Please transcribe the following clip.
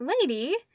lady